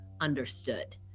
understood